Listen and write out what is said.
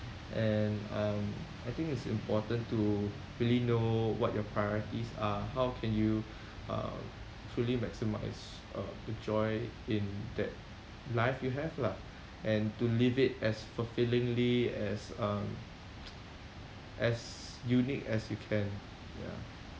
and um I think it's important to really know what your priorities are how can you uh fully maximise uh the joy in that life you have lah and to live it as fulfillingly as um as unique as you can ya